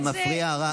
מאוד מפריע הרעש.